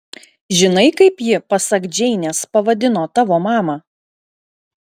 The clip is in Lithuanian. žinai kaip ji pasak džeinės pavadino tavo mamą